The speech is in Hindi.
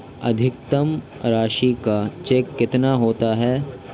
अधिकतम राशि का चेक कितना होता है?